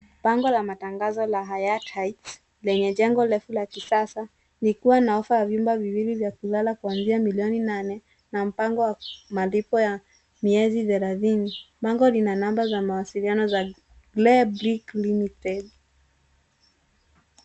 Bango la matangazo la (cs)Hayat heights (cs) lenye jengo refu la kisasa, likiwa na ofa ya vyumba viwili vya kulala kuanzia milioni nane na mpango wa malipo ya miezi thelathini. Bango lina namba ya mawasiliano za(cs)Grey Brick limited (cs)